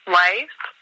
life